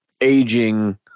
aging